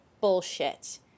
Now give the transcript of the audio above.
bullshit